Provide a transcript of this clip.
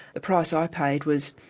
the price i paid was,